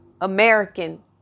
American